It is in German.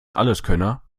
alleskönner